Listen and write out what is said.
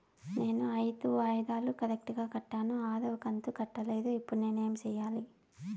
నేను ఐదు వాయిదాలు కరెక్టు గా కట్టాను, ఆరవ కంతు కట్టలేదు, ఇప్పుడు నేను ఏమి సెయ్యాలి?